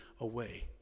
away